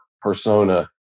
persona